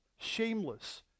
shameless